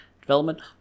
development